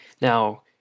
Now